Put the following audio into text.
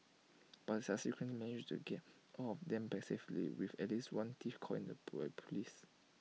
but subsequently managed to get all of them back safely with at least one thief caught by Police